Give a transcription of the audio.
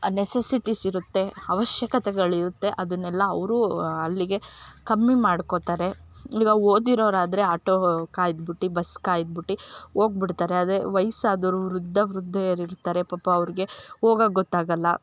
necessities ಇರುತ್ತೆ ಅವಶ್ಯಕತೆಗಳು ಇರುತ್ತೆ ಅದನ್ನೆಲ್ಲಾ ಅವರು ಅಲ್ಲಿಗೆ ಕಮ್ಮಿ ಮಾಡ್ಕೋತಾರೆ ಇವಾಗ ಓದಿರೋರು ಆದರೆ ಆಟೋ ಕಾಯ್ದುಬಿಟ್ಟು ಬಸ್ ಕಾಯ್ದುಬಿಟ್ಟು ಹೋಗ್ಬುಡ್ತಾರೆ ಅದೇ ವಯಸ್ಸಾದೋರು ವೃದ್ಧ ವೃದ್ದೆಯರು ಇರ್ತಾರೆ ಪಾಪ ಅವರಿಗೆ ಹೋಗಾಕ್ ಗೊತ್ತಾಗೊಲ್ಲಾ